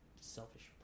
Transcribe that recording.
selfish